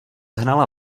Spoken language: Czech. hnala